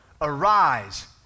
arise